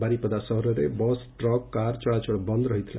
ବାରିପଦା ସହରରେ bus truck car ଚଳାଚଳ ବନ୍ଦ ରହିଥିଲା